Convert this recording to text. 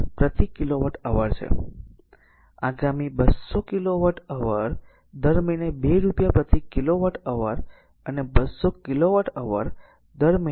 5 પ્રતિ kilowatt hour છે આગામી 200 કિલોવોટ અવર દર મહિને 2 રૂપિયા પ્રતિ કિલોવોટ અવર અને 200 કિલોવોટ અવર દર મહિને 2